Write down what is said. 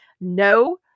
no